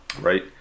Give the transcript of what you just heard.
Right